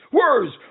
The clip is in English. words